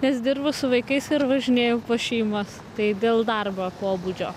nes dirbu su vaikais ir važinėju pas šeimas tai dėl darbo pobūdžio